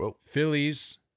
Phillies